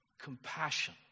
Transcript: compassion